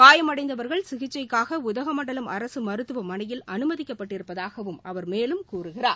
காயமடைந்தவர்கள் சிகிச்சைக்காக உதகமண்டலம் அரசு மருத்துவமனையில் அனுமதிக்கப்பட்டிருப்பதாகவும் அவர் மேலும் கூறுகிறார்